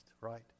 right